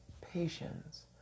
Patience